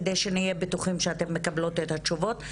כדי שנהיה בטוחים שאתן מקבלות את התשובות.